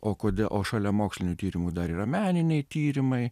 o kodėl o šalia mokslinių tyrimų dar yra meniniai tyrimai